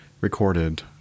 recorded